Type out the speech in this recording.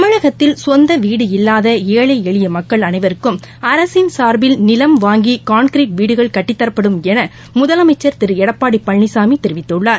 தமிழகத்தில் சொந்தவீடு இல்லாதஏழை எளியமக்கள் அனைவருக்கும் அரசின் சார்பில் நிலம் வாங்கிகாள்கிரீட் வீடுகள் கட்டிதரப்படும் எனமுதலமைச்சர் திருஎடப்பாடிபழனிசாமிதெரிவித்துள்ளார்